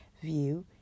view